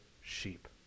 sheep